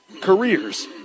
careers